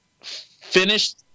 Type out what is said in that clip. finished